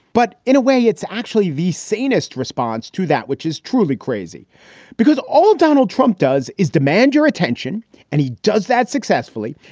but in a way, it's actually the sanest response to that, which is truly crazy because all donald trump does is demand your attention and he does that successfully.